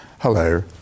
Hello